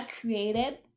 created